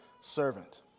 servant